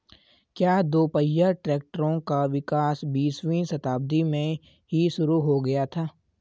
क्या दोपहिया ट्रैक्टरों का विकास बीसवीं शताब्दी में ही शुरु हो गया था?